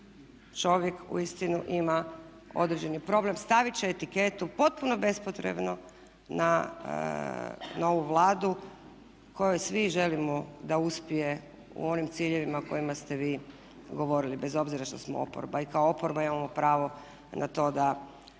Čovjek uistinu ima određeni problem. Stavit će etiketu potpuno bespotrebno na ovu Vladu kojoj svi želimo da uspije u onim ciljevima o kojima ste vi govorili, bez obzira što smo oporba. I kao oporba imamo pravo na to da